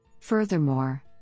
Furthermore